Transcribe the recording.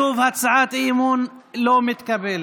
שוב, הצעת האי-אמון לא מתקבלת.